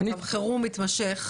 במצב חירום מתמשך.